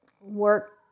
work